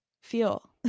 feel